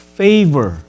favor